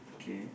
okay